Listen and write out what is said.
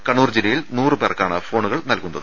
കണ്ണൂർ ജില്ലയിൽ നൂറുപേർക്കാണ് ഫോണുകൾ നൽകുന്നത്